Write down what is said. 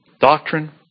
Doctrine